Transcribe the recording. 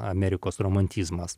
amerikos romantizmas